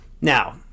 Now